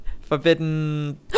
Forbidden